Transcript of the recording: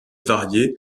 variée